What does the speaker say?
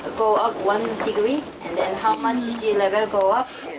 goes up one degree, and then how much the sea level goes up,